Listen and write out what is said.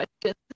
question